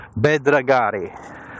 Bedragari